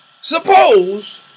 suppose